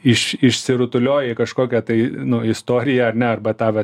iš išsirutulioja į kažkokią tai istoriją ar ne arba tą va